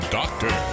doctor